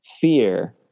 fear